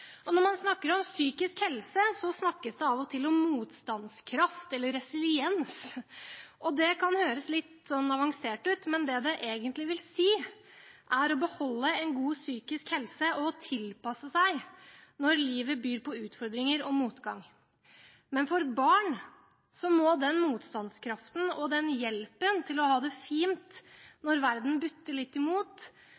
Når man snakker om psykisk helse, snakkes det av og til om motstandskraft eller resiliens. Det kan høres litt avansert ut, men det det egentlig vil si, er å beholde en god psykisk helse og å tilpasse seg når livet byr på utfordringer og motgang. Men for barn må den motstandskraften og hjelpen til å ha det fint